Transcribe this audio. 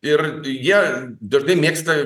ir jie dažnai mėgsta